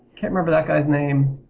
can't remember that guy's name,